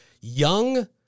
young